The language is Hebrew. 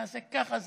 נעשה ככה,